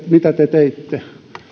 mitä te teitte